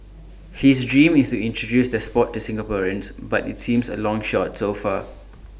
his dream is to introduce the Sport to Singaporeans but IT seems A long shot so far